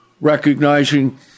recognizing